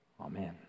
Amen